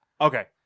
Okay